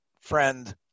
friend